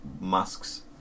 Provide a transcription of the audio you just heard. masks